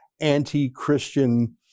anti-Christian